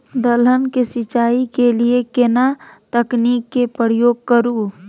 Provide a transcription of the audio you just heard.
दलहन के सिंचाई के लिए केना तकनीक के प्रयोग करू?